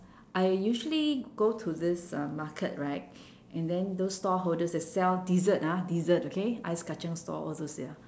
I usually go to this uh market right and then those store holders they sell dessert ah dessert okay ice kacang store all those ya